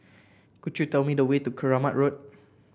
could you tell me the way to Keramat Road